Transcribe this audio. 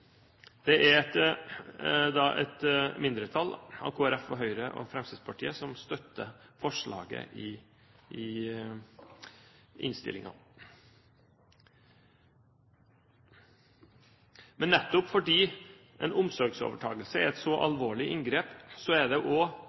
Det er et mindretall – Kristelig Folkeparti, Høyre og Fremskrittspartiet – som støtter forslaget i innstillingen. Men nettopp fordi en omsorgsovertakelse er et så alvorlig inngrep, er det